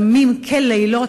ימים כלילות,